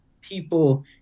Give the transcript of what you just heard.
people